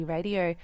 Radio